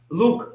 look